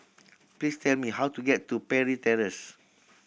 please tell me how to get to Parry Terrace